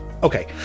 Okay